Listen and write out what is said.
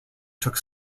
took